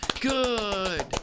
Good